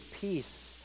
peace